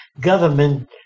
Government